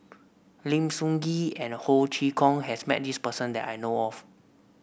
Lim Soo Ngee and Ho Chee Kong has met this person that I know of